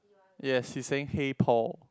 yes he's saying hey Paul